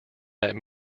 that